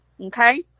okay